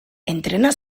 entrena